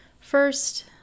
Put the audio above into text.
First